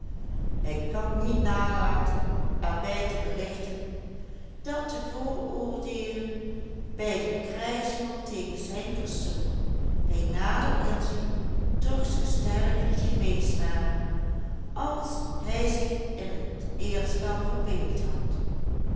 hij kan niet nalaten er bij te berichten dat de vooroordeelen bij den krijgsman tegen zijn persoon bij nader inzien toch zoo sterk niet geweest waren als hij zich in het eerst wel verbeeld had